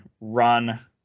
run